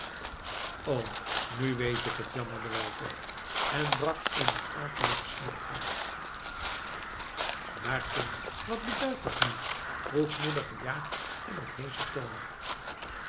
o nu weet ik het jammerde walter en brak in een akelig gesnik uit maar kind wat beduidt dat nu vroeg moeder gejaagd en op heeschen toon